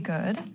Good